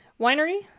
Winery